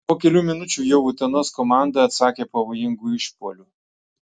po kelių minučių jau utenos komanda atsakė pavojingu išpuoliu